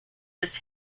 des